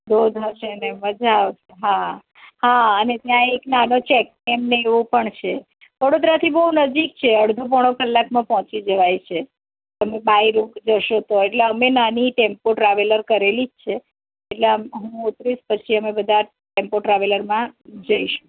ધોધ હસેને મઝા આવસે હા હા અને ત્યાં નાનો એક ચેક ડેમ ને એવું પણ છે વડોદરાથી બહુ નજીક છે અડઘો પોણો કલાકમાં પહોંચી જવાય છે તમે બાય રોડ જશો તો અમે નાની ટેમ્પો ટ્રાવેલર કરેલી જ છે એટલે આમ હું ઉતરીશ પછી અમે બધાં ટેમ્પો ટ્રાવેલરમાં જઈશું